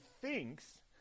thinks